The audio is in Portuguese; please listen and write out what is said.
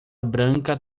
branca